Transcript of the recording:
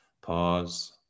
Pause